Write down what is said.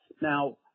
Now